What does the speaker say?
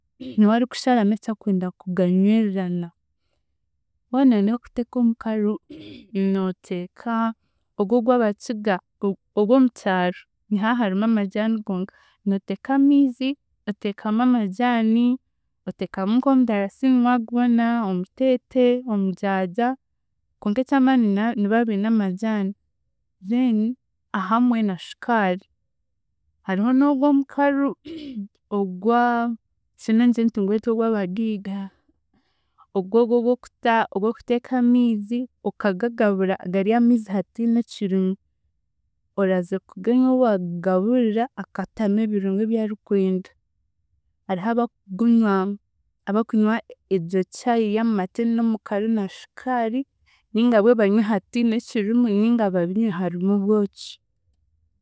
Niwe akusharamu eki akwenda kuganywezana. Waanoyenda kuteeka omukaru nooteeka ogwo ogw'Abakiga ogw'omukyaro niha harimu amajaani gonka. Nooteeka amiizi oteekamu amajaani, oteekamu nk'omudarasiini waagubona, omuteete, omujaaja konka eky'amaani na- niba biine amajaani then ahamwe na shukaari. Hariho nigwo omukaru ogwa shana ngire nti ngwete ogw'abagiiga ogwogwo ogw'okuta ogw'okuteeka amiizi okagagabura garya amiizi hatiine ekirimu oraaze kuganya ou waabigaburira akatamu ebirungi ebyarikwenda. Hariho abakugunywa, abakunywa egyo chai y'amate n'omukaru na shukaari ninga bo babinywe hatiine ekirimu ninga babinywe harmu obwoki.